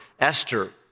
Esther